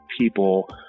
people